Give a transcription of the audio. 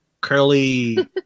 curly